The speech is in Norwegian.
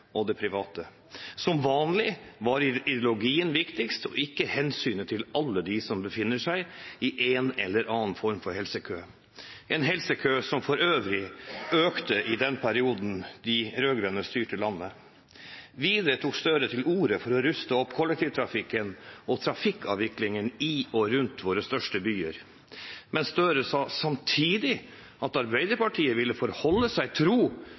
og det private. Som vanlig var ideologien viktigst og ikke hensynet til alle dem som befinner seg i en eller annen form for helsekø, en helsekø som for øvrig økte i den perioden de rød-grønne styrte landet. Videre tok Gahr Støre til orde for å ruste opp kollektivtrafikken og trafikkavviklingen i og rundt våre største byer. Men Gahr Støre sa samtidig at Arbeiderpartiet ville forholde seg tro